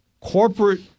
corporate